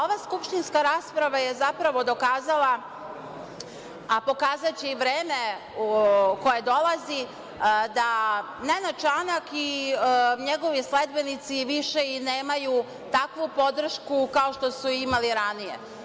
Ova skupštinska rasprava je zapravo dokazala, a pokazaće i vreme koje dolazi, da Nenad Čanak i njegovi sledbenici više i nemaju takvu podršku kao što su imali ranije.